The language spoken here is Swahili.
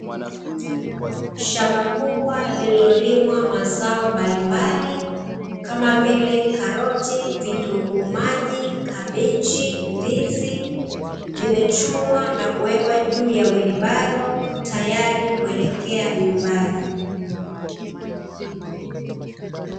Shamba kubwa lililolimwa mazao mbalimbali kama vile: karoti, vitunguu maji, kabichi; zimechumwa na kuwekwa juu ya mkokoteni tayari kuelekea nyumbani.